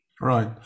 Right